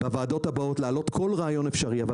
בוועדות הבאות להעלות כל רעיון, אבל